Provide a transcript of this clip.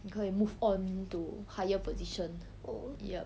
你可以 move on to higher position ya